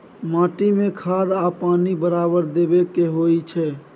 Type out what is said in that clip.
माटी में खाद आ पानी बराबर देबै के होई छै